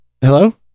Hello